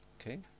Okay